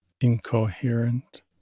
incoherent